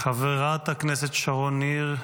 חברת הכנסת שרון ניר,